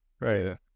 Right